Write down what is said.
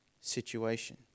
situation